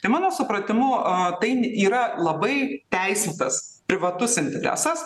tai mano supratimu aa tai yra labai teisėtas privatus interesas